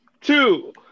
two